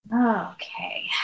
Okay